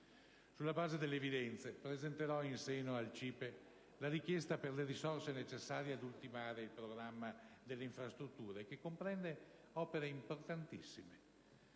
Sulla base delle evidenze presenterò in seno al CIPE la richiesta per le risorse necessarie ad ultimare il programma delle infrastrutture, che comprende opere importantissime